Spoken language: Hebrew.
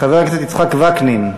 חבר הכנסת יצחק וקנין?